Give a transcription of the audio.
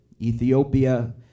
Ethiopia